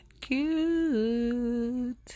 cute